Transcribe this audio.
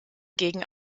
gegen